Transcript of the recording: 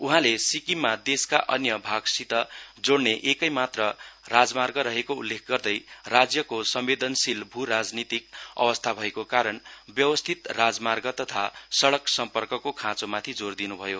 उहाँले सिक्किममा देशका अन्य भागसित जोड़ने एउटैमात्र राजमार्ग रहेको उल्लेख गर्दै राज्यको संवेदनशील भू राजनीतिक अवस्था भएको कारण व्यवस्थित राजमार्ग तथा सड़क सम्पर्कको खाँचो माथि जोर दिनुभयो